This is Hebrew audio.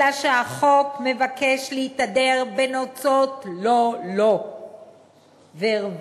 לכן, החוק מבקש להתהדר בנוצות לא לו וערוותו